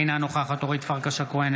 אינה נוכחת אורית פרקש הכהן,